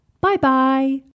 bye-bye